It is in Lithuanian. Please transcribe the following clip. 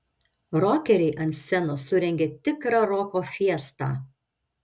rokeriai ant scenos surengė tikrą roko fiestą